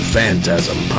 Phantasm